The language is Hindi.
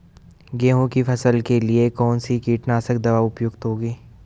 गेहूँ की फसल के लिए कौन सी कीटनाशक दवा उपयुक्त होगी?